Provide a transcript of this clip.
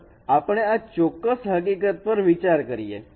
ચાલો આપણે આ ચોક્કસ હકીકત પર વિચાર કરીએ